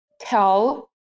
tell